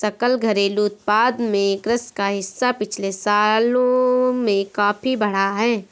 सकल घरेलू उत्पाद में कृषि का हिस्सा पिछले सालों में काफी बढ़ा है